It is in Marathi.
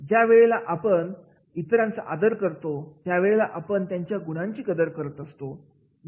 ज्या वेळेला आपण इतरांचा आदर करतो त्या वेळेला आपण त्यांच्या गुणांची कदर करत असतो